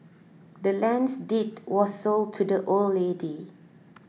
the land's deed was sold to the old lady